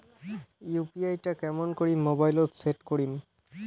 UPI টা কেমন করি মোবাইলত সেট করিম?